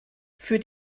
für